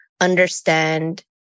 understand